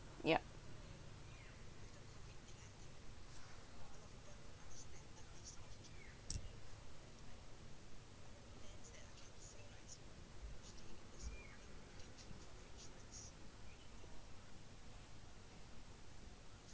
yup